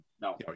No